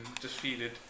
defeated